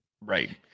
Right